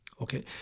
okay